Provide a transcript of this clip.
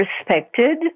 respected